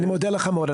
אנחנו מודים לך מאוד.